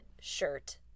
shirt